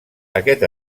aquest